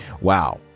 Wow